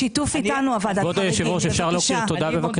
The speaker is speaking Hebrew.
בשיתוף איתנו ועדת החריגים, בבקשה.